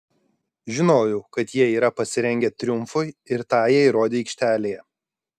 žinojau kad jie yra pasirengę triumfui ir tą jie įrodė aikštelėje